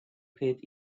paid